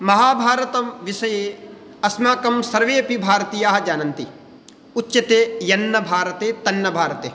महाभारतं विषये अस्माकं सर्वे अपि भारतीयाः जानन्ति उच्यते यन्न भारते तन्न भारते